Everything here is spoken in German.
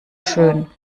schön